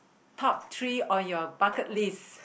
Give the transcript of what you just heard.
top three on your bucket list